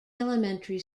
elementary